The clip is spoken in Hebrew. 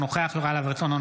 אינו נוכח יוראי להב הרצנו,